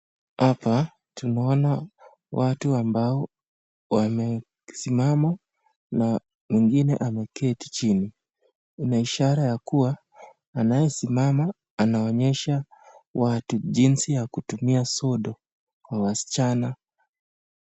Hapa tunaona watu ambao wamesimama na wengine wameketi chini, ni ishara ya kuwa anayesimama anaonyesha watu jinsi ya kutumia sudu kwa wasichana.